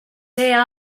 see